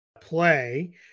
play